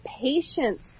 patience